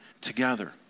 together